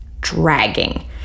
dragging